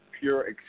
pure